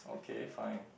okay fine